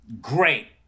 great